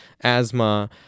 asthma